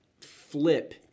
flip